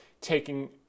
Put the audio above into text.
taking